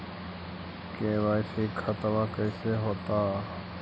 KYC खतबा कैसे होता?